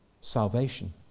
Salvation